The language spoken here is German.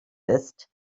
ist